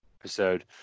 episode